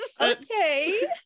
Okay